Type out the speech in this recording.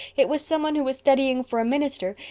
it was someone who was studying for a minister,